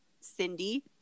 Cindy